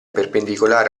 perpendicolare